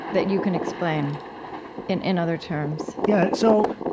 that you can explain in in other terms yeah, so,